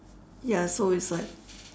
ya so it's like